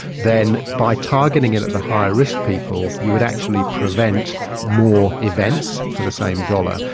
then by targeting it at the higher risk people you would actually prevent more events for the same dollar,